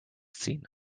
ziehen